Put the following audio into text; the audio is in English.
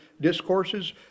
discourses